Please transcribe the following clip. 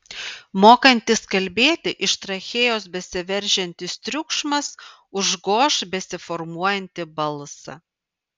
mokantis kalbėti iš trachėjos besiveržiantis triukšmas užgoš besiformuojantį balsą